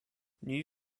new